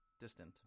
distant